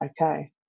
okay